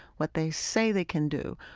what they say they can do,